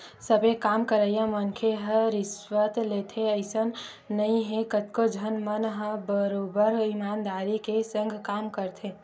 सबे काम करइया मनखे ह रिस्वत लेथे अइसन नइ हे कतको झन मन ह बरोबर ईमानदारी के संग काम करथे